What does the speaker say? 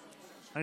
אדוני היושב-ראש,